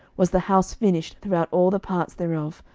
was the house finished throughout all the parts thereof,